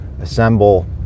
assemble